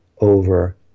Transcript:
over